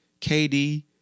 KD